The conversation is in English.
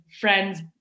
friends